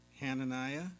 Hananiah